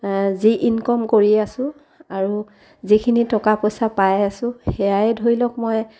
যি ইনকম কৰি আছো আৰু যিখিনি টকা পইচা পাই আছো সেয়াই ধৰি লওক মই